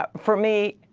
but for me,